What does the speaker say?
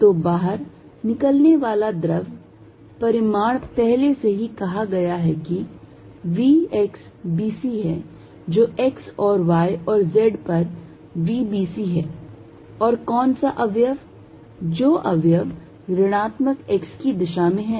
तो बाहर निकलने वाला द्रव परिमाण पहले से ही कहा गया है कि vx b c है जो x और y और z पर vbc है और कौन सा अवयव जो अवयव ऋणात्मक x की दिशा में है